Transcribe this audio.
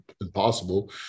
impossible